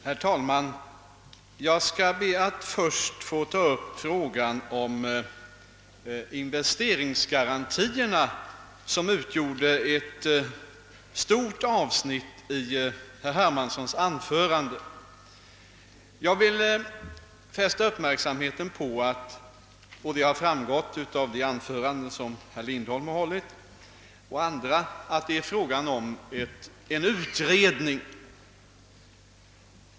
Herr talman! Jag ber först att få ta upp frågan om investeringsgarantierna, som utgjorde ett stort avsnitt i herr Hermanssons anförande. Jag vill fästa uppmärksamheten på att det är fråga om en utredning, vilket även framgått av såväl herr Lindholms som andras anföranden.